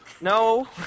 No